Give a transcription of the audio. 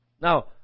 now